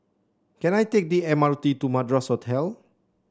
can I take the M R T to Madras Hotel